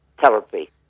therapy